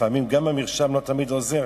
לפעמים גם המרשם עוזר,